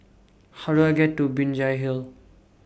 How Do I get to Binjai Hill